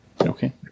Okay